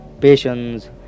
patience